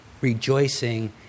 Rejoicing